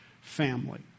family